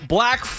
Black